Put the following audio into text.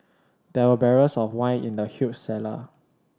there were barrels of wine in the huge cellar